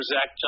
Zach